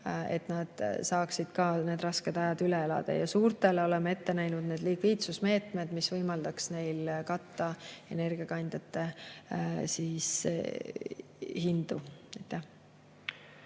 et nad saaksid need rasked ajad üle elada. Suurtele oleme ette näinud likviidsusmeetmed, mis võimaldaks neil energiakandjate hindu